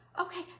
Okay